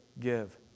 give